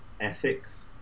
ethics